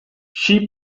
she